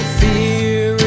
fear